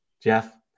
Jeff